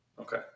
Okay